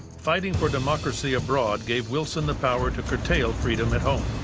fighting for democracy abroad gave wilson the power to curtail freedom at home.